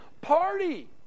party